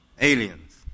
aliens